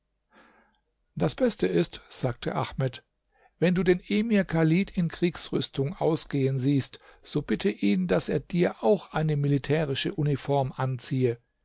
das beste ist sagte ahmed wenn du den emir chalid in kriegsrüstung ausgehen siehst so bitte ihn daß er dir auch eine militärische uniform anziehe